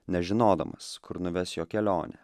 nežinodamas kur nuves jo kelionė